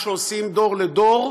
מה שעושים "דור לדור"